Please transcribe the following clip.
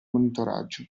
monitoraggio